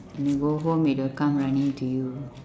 when you go home it will come running to you